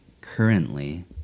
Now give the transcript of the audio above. currently